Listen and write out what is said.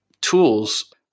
tools